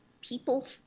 people